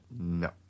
No